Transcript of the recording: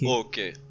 okay